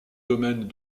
domaines